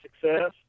success